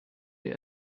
die